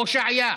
הושעיה.